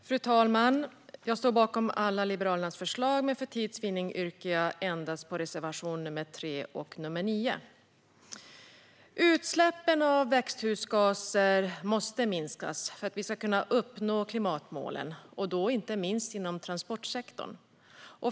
Fru talman! Jag står bakom Liberalernas alla förslag, men för tids vinnande yrkar jag bifall endast till reservationerna 3 och 9. För att vi ska uppnå klimatmålen måste utsläppen av växthusgaser minska, inte minst inom transportsektorn.